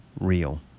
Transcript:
real